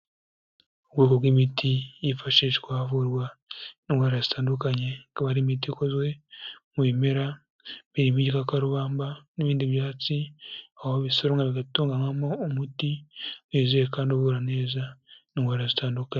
Ubwoko bw'imiti yifashishwa havurwa indwara zitandukanye, ikaba ari imiti ikozwe mu bimera; birimo igikakarubamba n'ibindi byatsi, aho bisoromwa bigatunganywamo umuti wizewe kandi uvura neza indwara zitandukanye.